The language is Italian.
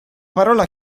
parola